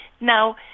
Now